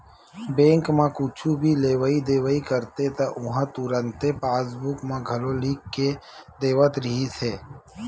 bank म कुछु भी लेवइ देवइ करते त उहां तुरते पासबूक म घलो लिख के देवत रिहिस हे